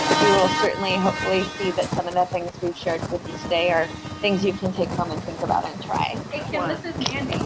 we will certainly hopefully see that some of the things we've shared with you today are things you can take home and think about and try. thank you um this is mandy.